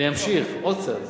אני אמשיך עוד קצת.